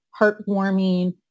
heartwarming